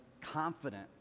confident